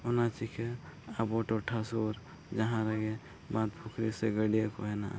ᱚᱱᱟ ᱪᱮᱠᱟ ᱟᱵᱚ ᱴᱚᱴᱷᱟ ᱥᱩᱨ ᱡᱟᱦᱟᱸ ᱨᱮᱜᱮ ᱵᱟᱸᱫᱷ ᱯᱩᱠᱷᱨᱤ ᱥᱮ ᱜᱟᱹᱰᱭᱟᱹ ᱠᱚ ᱦᱮᱱᱟᱜᱼᱟ